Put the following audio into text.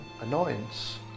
annoyance